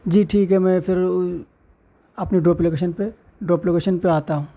جی ٹھیک ہے میں پھر اپنی ڈروپ لوکیشن پہ ڈروپ لوکیشن پہ آتا ہوں